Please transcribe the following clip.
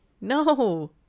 no